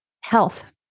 health